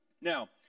Now